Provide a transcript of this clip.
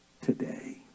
today